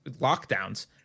lockdowns